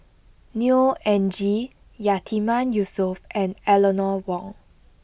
Neo Anngee Yatiman Yusof and Eleanor Wong